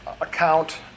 account